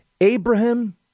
Abraham